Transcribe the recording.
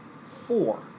four